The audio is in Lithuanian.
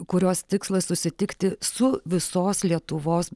kurios tikslas susitikti su visos lietuvos